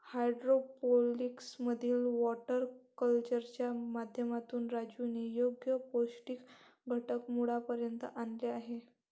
hydroponics मधील water कल्चरच्या माध्यमातून राजूने योग्य पौष्टिक घटक मुळापर्यंत आणले आहेत